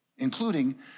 including